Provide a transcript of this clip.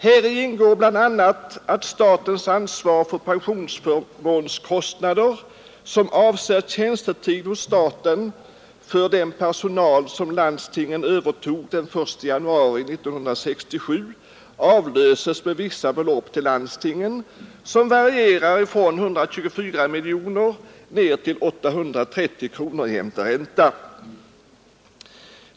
Häri ingår bl.a. att statens ansvar för pensionsförmånskostnader, som avser tjänstetid hos staten, för den personal som landstingen övertog den 1 januari 1967, avlöses med vissa belopp till landstingen, varierande från 124 miljoner kronor till 830 kronor jämte ränta.